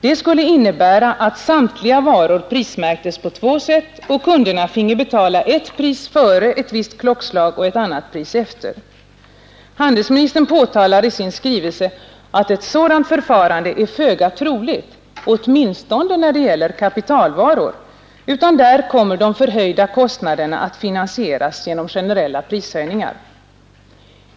Det skulle innebära att samtliga varor prismärktes på två sätt och kunderna finge betala ett pris före ett visst klockslag och ett annat pris efter. Handelsministern påtalar i sin skrivelse att ett sådant förfarande är föga troligt, åtminstone när det gäller kapitalvaror, utan där kommer de förhöjda kostnaderna att finansieras genom generella prishöjningar.